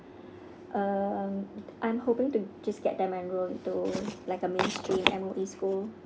um I'm hoping to just get them enroll into like a ministry M_O_E school